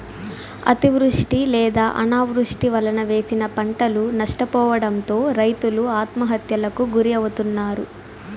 అతివృష్టి లేదా అనావృష్టి వలన వేసిన పంటలు నష్టపోవడంతో రైతులు ఆత్మహత్యలకు గురి అవుతన్నారు